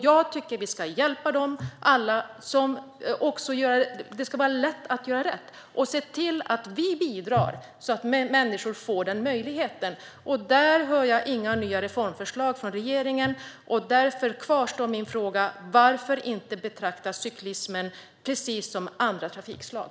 Jag tycker att vi ska hjälpa alla, så att det blir lätt att göra rätt. Vi ska bidra till att människor får den möjligheten. Där hör jag inga nya reformförslag från regeringen. Därför kvarstår min fråga: Varför inte betrakta cyklismen precis som andra trafikslag?